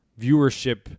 viewership